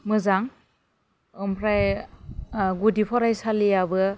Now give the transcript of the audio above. मोजां ओमफ्राय गुदि फरायसालियाबो